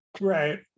right